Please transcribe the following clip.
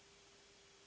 Hvala.